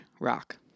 rock